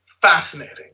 fascinating